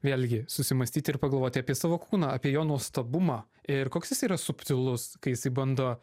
vėlgi susimąstyti ir pagalvoti apie savo kūną apie jo nuostabumą ir koks jis yra subtilus kai jisai bando